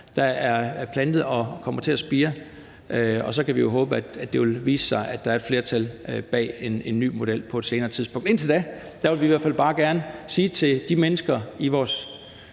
der er plantet og kommer til at spire, og så kan vi jo håbe, at det vil vise sig, at der er et flertal bag en ny model på et senere tidspunkt. Indtil da vil vi i hvert fald bare gerne sige til de mennesker på vores